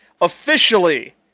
officially